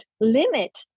limit